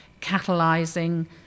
catalyzing